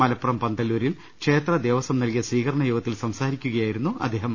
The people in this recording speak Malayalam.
മലപ്പുറം പന്തല്പൂരിൽ ക്ഷേത്ര ദേവസ്വം നൽകിയ സ്വീകരണ യോഗത്തിൽ സംസാരിക്കുകയായിരുന്നു അദ്ദേഹം